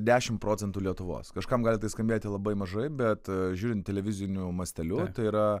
dešimt procentų lietuvos kažkam gali tai skambėti labai mažai bet žiūrint televiziniu masteliu tai yra